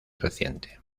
reciente